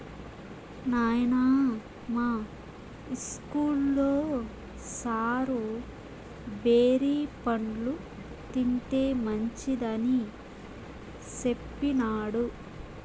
నాయనా, మా ఇస్కూల్లో సారు బేరి పండ్లు తింటే మంచిదని సెప్పినాడు